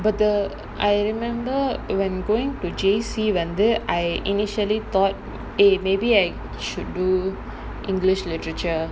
but err I remember when going to J_C வந்து:vanthu I initially thought eh maybe I should do english literature